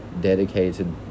dedicated